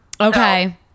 Okay